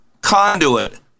conduit